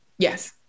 Yes